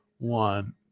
one